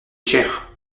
cher